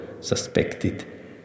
suspected